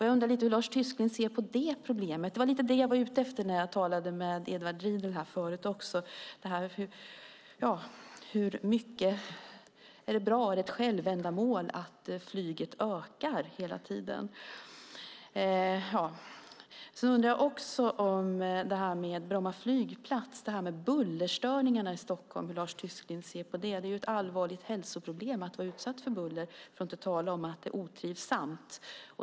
Jag undrar hur Lars Tysklind ser på detta problem? Det var lite grann det som jag var ute efter när jag talade med Edward Riedl förut. Är det bra och ett självändamål att flyget hela tiden ökar? Jag undrar också hur Lars Tysklind ser på att bullerstörningarna ökar med anledning av Bromma flygplats. Det är ett allvarligt hälsoproblem att vara utsatt för buller, för att inte tala om att det är otrivsamt.